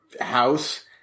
house